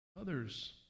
others